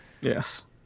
yes